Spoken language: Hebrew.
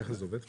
כך זה עובד?